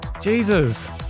Jesus